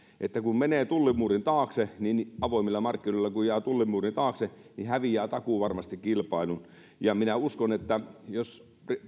kun menee tullimuurin taakse kun avoimilla markkinoilla jää tullimuurin taakse niin häviää takuuvarmasti kilpailun minä uskon että jos